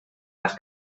las